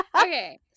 okay